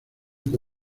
que